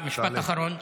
משפט אחרון.